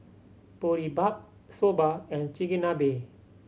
Boribap Soba and Chigenabe